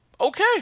okay